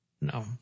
no